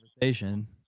conversation